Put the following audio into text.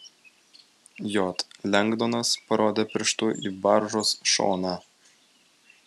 j lengdonas parodė pirštu į baržos šoną